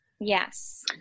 Yes